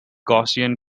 gaussian